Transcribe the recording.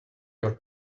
your